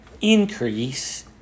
increase